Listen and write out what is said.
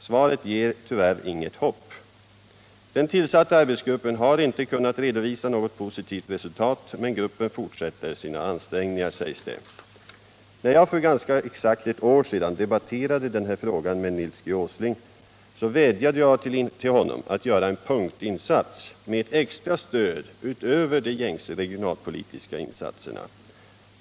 Svaret ger tyvärr inget hopp. Den tillsatta arbetsgruppen har inte kunnat redovisa något positivt resultat — men gruppen fortsätter sina ansträngningar, sägs det. När jag för ganska exakt ett år sedan debatterade denna fråga med Nils G. Åsling, vädjade jag till honom att göra en punktinsats med ett 1 extra stöd utöver de gängse regionalpolitiska insatserna.